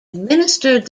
administered